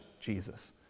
Jesus